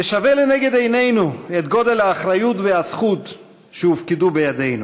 נשווה לנגד עינינו את גודל האחריות והזכות שהופקדו בידינו,